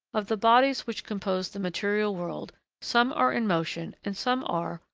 of the bodies which compose the material world, some are in motion and some are,